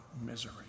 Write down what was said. misery